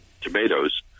tomatoes